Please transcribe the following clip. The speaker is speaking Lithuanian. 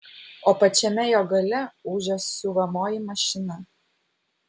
o pačiame jo gale ūžia siuvamoji mašina